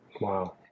Wow